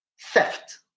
theft